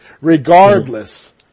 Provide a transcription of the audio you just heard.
regardless